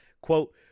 Quote